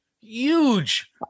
huge